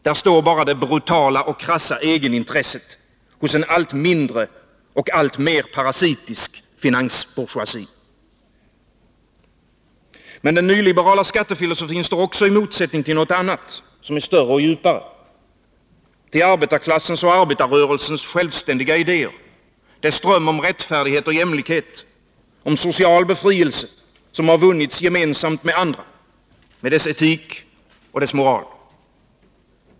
Där står bara det brutala och krassa egenintresset hos en allt mindre och alltmer parasitisk finansbourgeoisie. Men den nyliberala skattefilosofin står också i motsättning till något annat, som är större och djupare: till arbetarklassens och arbetarrörelsens självständiga idéer, dess dröm om rättfärdighet och jämlikhet, om social befrielse vunnen gemensamt med andra, dess etik och moral.